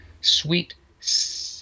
sweet